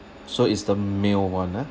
so it's the male [one] ah